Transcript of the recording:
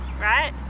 right